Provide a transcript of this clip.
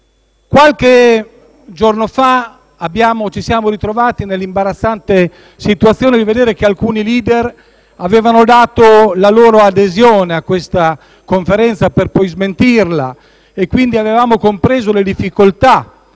Qualche giorno fa ci siamo ritrovati nell'imbarazzante situazione di vedere che alcuni *leader* avevano dato la loro adesione a questa conferenza, per poi smentirla e quindi abbiamo compreso le difficoltà